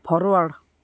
forward